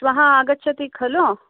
श्वः आगच्छति खलु